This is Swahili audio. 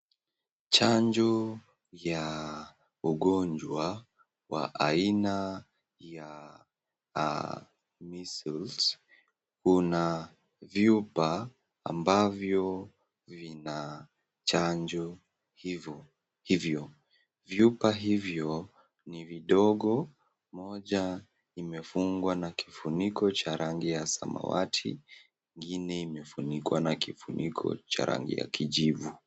Chanjo ya ugonjwa wa aina ya Measles una vyupa ambavyo vina chanjo hivyo. Vyupa hivyo ni vidogo, moja imefungwa na kifuniko cha rangi ya samawati, ingine imefunikwa na kifuniko cha rangi ya kijivu.